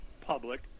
public